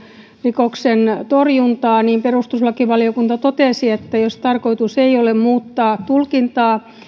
rikoksen torjuntaa perustuslakivaliokunta totesi että jos tarkoitus ei ole muuttaa tulkintaa